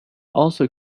also